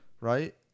right